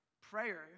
prayer